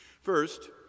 First